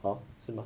orh 是吗